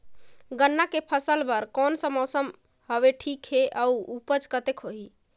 गन्ना के फसल बर कोन सा मौसम हवे ठीक हे अउर ऊपज कतेक होही?